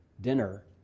dinner